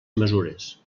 mesures